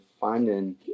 finding